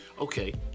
Okay